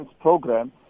program